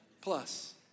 Plus